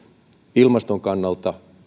ilmaston kannalta